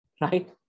right